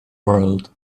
world